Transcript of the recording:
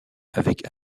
avec